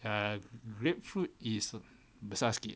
err grapefruit is besar sikit